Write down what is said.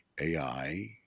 AI